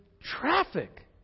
traffic